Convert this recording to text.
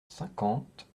cinquante